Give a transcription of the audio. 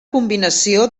combinació